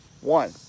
One